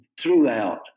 throughout